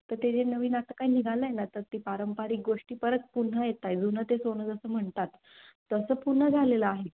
तर ते जे नवीन आता काय निघालं आहे ना तर ती पारंपरिक गोष्टी परत पुन्हा येत आहेत जुनं ते सोनं जसं म्हणतात तसं पुन्हा झालेलं आहे